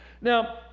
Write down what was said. Now